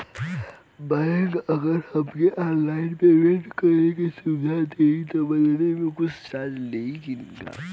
Bank अगर हमके online payment करे के सुविधा देही त बदले में कुछ चार्जेस लेही का?